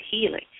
healing